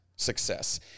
success